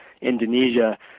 Indonesia